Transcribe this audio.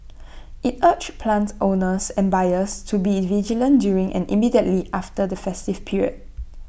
IT urged plant owners and buyers to be vigilant during and immediately after the festive period